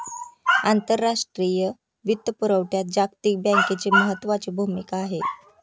आंतरराष्ट्रीय वित्तपुरवठ्यात जागतिक बँकेची महत्त्वाची भूमिका आहे